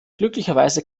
glücklicherweise